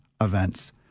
events